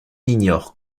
ignore